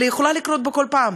אבל היא יכולה לבוא בכל פעם.